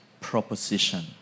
Proposition